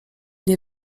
nie